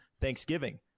Thanksgiving